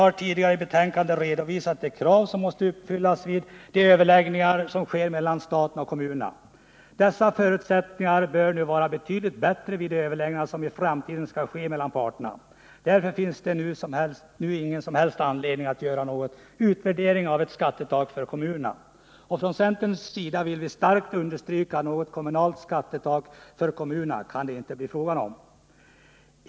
Utskottet har i betänkandet redovisat de krav som måste uppfyllas för att systemet med överläggningar mellan staten och kommunerna skall fungera. Förutsättningarna för att dessa krav skall kunna uppfyllas bör vara betydligt bättre vid de överläggningar som i framtiden skall ske mellan parterna. Därför finns det nu ingen som helst anledning att göra någon utvärdering av ett skattetak för kommunerna. Från centern vill vi starkt understryka att det inte kan bli fråga om något kommunalt skattetak för kommunerna.